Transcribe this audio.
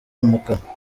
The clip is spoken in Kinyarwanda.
umukara